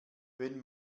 wenn